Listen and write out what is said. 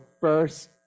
first